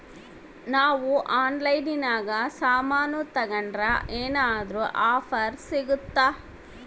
ನಾವು ಆನ್ಲೈನಿನಾಗ ಸಾಮಾನು ತಗಂಡ್ರ ಏನಾದ್ರೂ ಆಫರ್ ಸಿಗುತ್ತಾ?